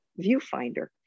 viewfinder